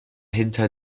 hinter